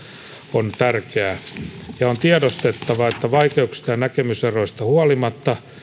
on tärkeää ja on tiedostettava että vaikeuksista ja näkemyseroista huolimatta